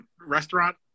restaurant